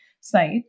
site